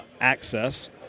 Access